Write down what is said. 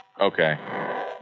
Okay